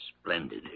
splendid